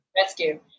rescue